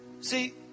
See